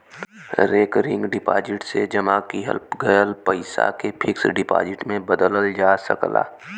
recurring deposit से जमा किहल गयल पइसा के फिक्स डिपाजिट में बदलल जा सकला